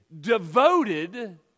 devoted